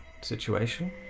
situation